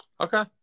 Okay